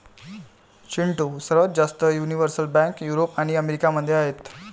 चिंटू, सर्वात जास्त universal bank Europe आणि अमेरिका मध्ये आहेत